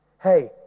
hey